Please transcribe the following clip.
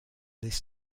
this